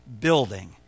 building